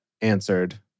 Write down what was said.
answered